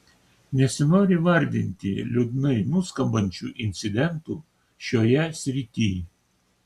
nesinori vardinti liūdnai nuskambančių incidentų šioje srityj